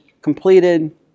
completed